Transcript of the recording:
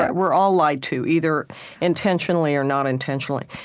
we're all lied to, either intentionally or not intentionally.